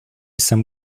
some